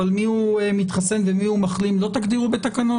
אבל מיהו מתחסן ומיהו מחלים לא תגדירו בתקנות?